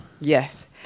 Yes